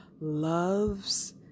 loves